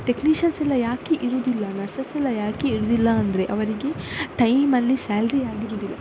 technicians ಎಲ್ಲ ಯಾಕೆ ಇರುವುದಿಲ್ಲ ನರ್ಸಸ್ ಎಲ್ಲ ಯಾಕೆ ಇರುವುದಿಲ್ಲ ಅಂದರೆ ಅವರಿಗೆ ಟೈಮಲ್ಲಿ ಸ್ಯಾಲ್ರಿ ಆಗಿರುವುದಿಲ್ಲ